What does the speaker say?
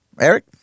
Eric